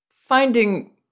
Finding